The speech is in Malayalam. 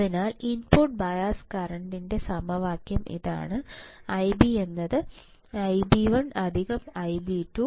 അതിനാൽ ഇൻപുട്ട് ബയസ് കറന്റ് ൻറെ സമവാക്യം ഇതാണ് Ib|Ib1Ib2|2